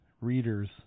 readers